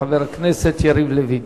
חבר הכנסת יריב לוין.